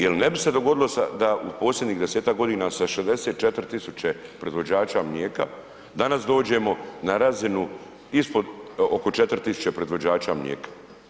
Jer ne bi se dogodilo da, u posljednjih 10-ak godina sa 64 tisuće proizvođača mlijeka danas dođemo na razinu ispod, oko 4 tisuće proizvođača mlijeka.